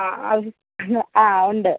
ആ അത് ആ ഉണ്ട്